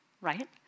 right